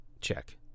Check